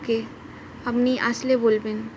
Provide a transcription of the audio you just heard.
ওকে আপনি আসলে বলবেন